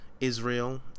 Israel